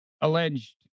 alleged